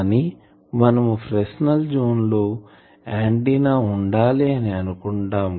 కానీ మనము Fresnel zone లో ఆంటిన్నా ఉండాలి అని అనుకుంటాం